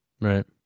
right